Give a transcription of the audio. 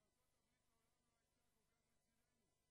שארצות הברית מעולם לא הייתה כל כך לצידנו,